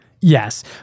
Yes